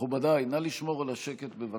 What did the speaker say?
מכובדיי, נא לשמור על השקט, בבקשה.